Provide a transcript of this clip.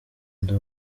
ndi